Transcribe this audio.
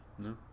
No